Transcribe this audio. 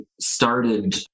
started